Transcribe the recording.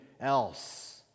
else